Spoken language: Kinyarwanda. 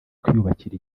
kwiyubakira